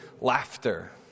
laughter